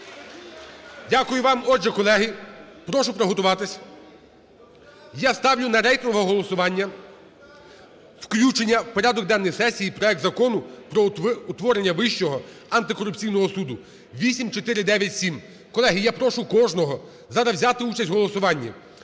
Дякую вам. Отже, колеги, прошу приготуватись, я ставлю на рейтингове голосування включення в порядок денний сесії проект Закону про утворення Вищого антикорупційного суду (8497). Колеги, я прошу кожного зараз взяти участь в голосуванні.